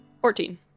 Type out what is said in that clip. Fourteen